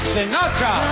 Sinatra